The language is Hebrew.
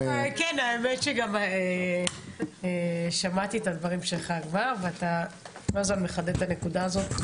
האמת שכבר שמעתי את הדברים שלך ואתה כל הזמן מחדד את הנקודה הזאת.